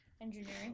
Engineering